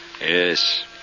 Yes